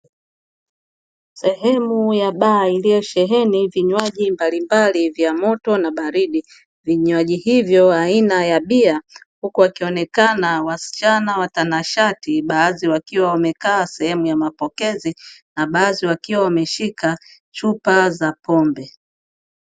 Sehemu ya baa iliyosheheni vinywaji mbalimbali vya moto na vya baridi. Vinywaji hivyo aina ya bia huku wakionekana wasichana watanashati, baadhi wakiwa wamekaa sehemu ya mapokezi na baadhi wakiwa wameshika chupa za pombe.